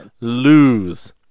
Lose